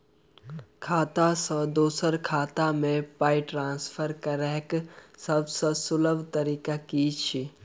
खाता सँ दोसर खाता मे पाई ट्रान्सफर करैक सभसँ सुलभ तरीका की छी?